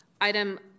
Item